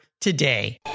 today